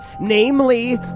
namely